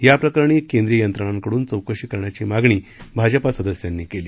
याप्रकरणी केंद्रीय यंत्रणांकडून चौकशी करण्याची मागणी भाजपा सदस्यांनी केली